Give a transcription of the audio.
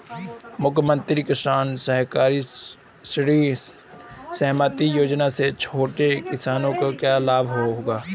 मुख्यमंत्री कृषक सहकारी ऋण सहायता योजना से छोटे किसानों को क्या लाभ होगा?